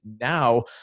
now